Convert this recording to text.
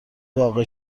وافع